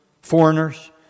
foreigners